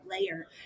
layer